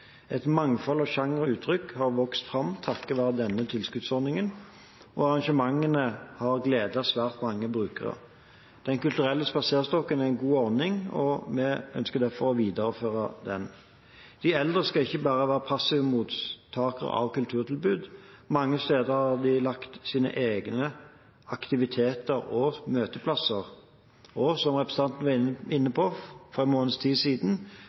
Et mangfold av sjangre og uttrykk har vokst fram takket være denne tilskuddsordningen, og arrangementene har gledet svært mange brukere. Den kulturelle spaserstokken er en god ordning, og vi ønsker derfor å videreføre den. De eldre skal ikke bare være passive mottakere av kulturtilbud. Mange steder har de laget sine egne aktiviteter og møteplasser. Som representanten var inne på, ble jeg for en måneds tid siden